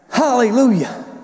Hallelujah